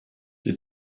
die